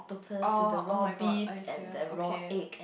oh oh-my-god are you serious okay